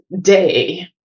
day